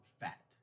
fat